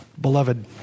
Beloved